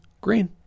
green